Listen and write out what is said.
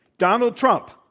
donald trump,